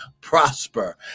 prosper